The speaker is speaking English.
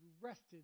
rested